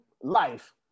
life